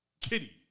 Kitty